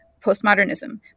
postmodernism